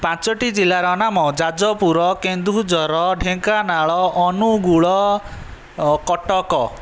ପାଞ୍ଚଟି ଜିଲ୍ଲାର ନାମ ଯାଜପୁର କେନ୍ଦୁଝର ଢେଙ୍କାନାଳ ଅନୁଗୁଳ କଟକ